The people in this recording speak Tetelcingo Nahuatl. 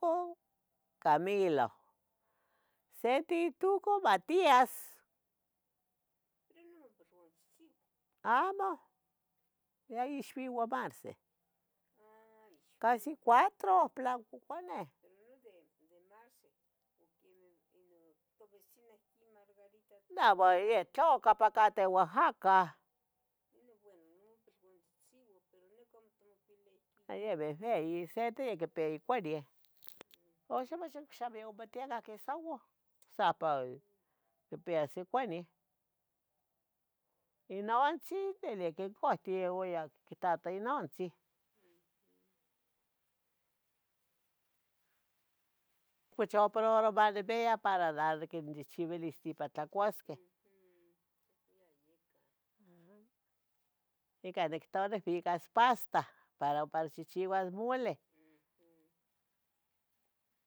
Oh! Camilo, ocsente otoocaa Matías, pero namopiluantlitzin, amo, yeh ixuiuan Marce, ha ixuiua, casi cuatro pilancoconeh, pero nono de de Marce, o quenih ino, tovecina queh margarita, pero yeh non tle ompa cateh Oaxaca, ino bueno non mopiluantzitzi, ¿nica amo itmopiyalia? ah yeh ya bebeyi sente ya quipia iconeu, uxa xamo yaometiaca isouau, ocsapah quipias iconeu, inontzin bilica opahti ibia oquitato inontzin, uhm, (pochoprobarbia confusa) para nah niquinchihchibilis pa tlacuasqueh, uhm, ya yecah, aha, ica nictoua nicbicas pasta para ompa nichichiuas muleh, uhm.